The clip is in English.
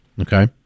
Okay